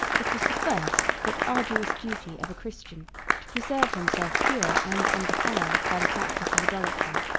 it was the first but arduous duty of a christian to preserve himself pure and undefiled by the practice of idolatry.